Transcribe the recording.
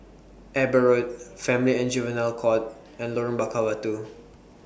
Eber Road Family and Juvenile Court and Lorong Bakar Batu